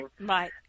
Right